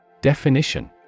Definition